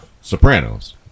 Sopranos